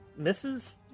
Mrs